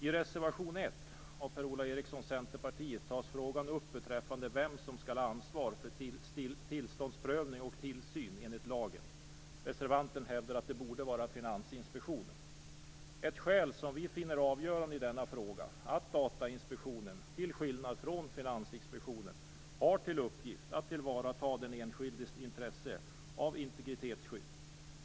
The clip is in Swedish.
I reservation 1 av Per-Ola Eriksson, Centerpartiet, tas frågan upp om vem som skall ha ansvar för tillståndsprövning och tillsyn enligt lagen. Reservanten hävdar att det borde vara Finansinspektionen. Ett skäl som vi finner avgörande i denna fråga är att Datainspektionen, till skillnad från Finansinspektionen, har till uppgift att tillvarata den enskildes intresse av integritetsskydd.